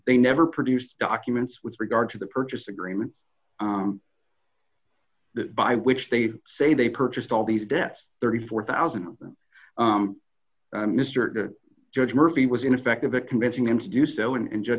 they never produce documents with regard to the purchase agreement by which they say they purchased all these debts thirty four thousand of them mr to judge murphy was ineffective at convincing them to do so and judge